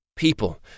People